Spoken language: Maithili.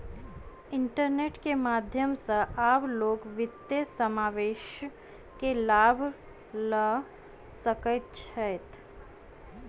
इंटरनेट के माध्यम सॅ आब लोक वित्तीय समावेश के लाभ लअ सकै छैथ